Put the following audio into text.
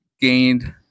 gained –